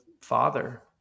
father